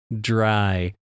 dry